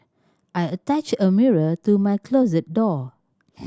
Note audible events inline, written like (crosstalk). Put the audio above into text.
I attached a mirror to my closet door (noise)